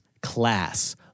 class